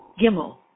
Gimel